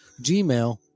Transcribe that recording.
Gmail